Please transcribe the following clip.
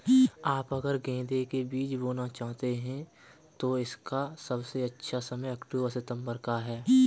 आप अगर गेंदे के बीज बोना चाहते हैं तो इसका सबसे अच्छा समय अक्टूबर सितंबर का है